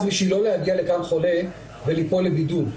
כדי לא להגיע לכאן חולה ולהיכנס לבידוד,